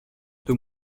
deux